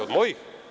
Od mojih?